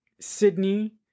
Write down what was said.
Sydney